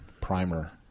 primer